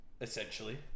Essentially